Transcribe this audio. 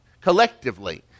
collectively